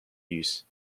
use